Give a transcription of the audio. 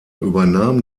übernahm